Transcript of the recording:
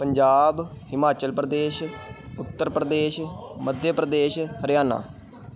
Punjab Himachal Pradesh Uttar Pradesh Madhya Pradesh Haryana